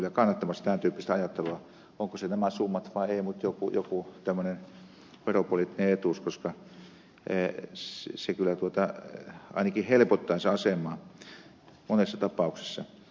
ovatko ne nämä summat vai ei mutta joku tämmöinen veropoliittinen etuus tarvitaan koska se kyllä ainakin helpottaisi asemaa monessa tapauksessa